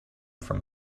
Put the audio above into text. from